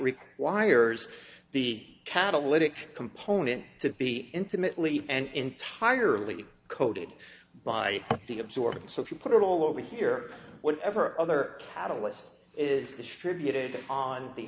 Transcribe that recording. requires the catalytic component to be intimately and entirely coated by the absorbent so if you put it all over here whatever other catalyst is distributed on the